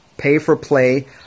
pay-for-play